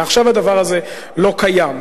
ועכשיו הדבר הזה לא קיים.